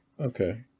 Okay